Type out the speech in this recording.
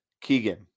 Keegan